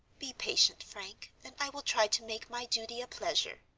be patient, frank, and i will try to make my duty a pleasure.